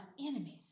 enemies